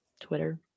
Twitter